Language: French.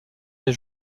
des